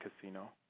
casino